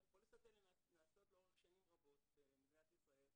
הפוליסות האלה נעשות לאורך שנים רבות במדינת ישראל.